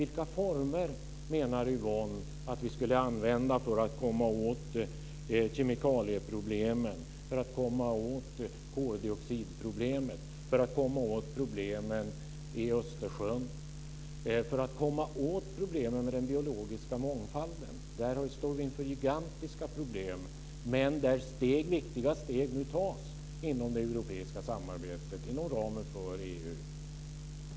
Vilka former menar Yvonne att vi skulle använda för att komma åt kemikalieproblemen, koldioxidproblemet, problemen i Östersjön och problemen med den biologiska mångfalden? Vi står inför gigantiska problem, men det tas nu viktiga steg inom det europeiska samarbetet inom ramen för EU.